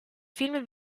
film